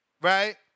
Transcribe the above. right